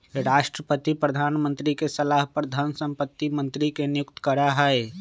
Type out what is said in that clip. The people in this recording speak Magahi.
राष्ट्रपति प्रधानमंत्री के सलाह पर धन संपत्ति मंत्री के नियुक्त करा हई